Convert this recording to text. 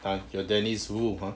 ya your dennis wu !huh!